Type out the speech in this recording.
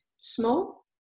small